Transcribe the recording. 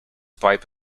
pipe